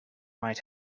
might